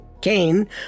Kane